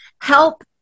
help